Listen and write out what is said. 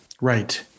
Right